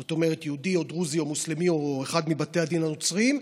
זאת אומרת יהודי או דרוזי או מוסלמי או אחד מבתי הדין הנוצריים,